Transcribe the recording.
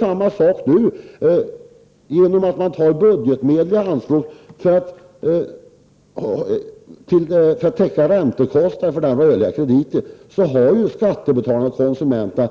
Samma sak görs när budgetmedel tas i anspråk för att täcka räntekostnader för rörliga krediter. Då tar skattebetalarna och konsumenterna